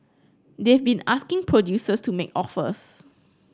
they've been asking producers to make offers